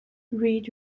read